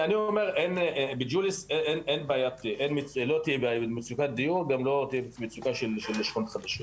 אומר שבג'וליס לא תהיה מצוקת דיור גם לא תהיה מצוקה של שכונות חדשות,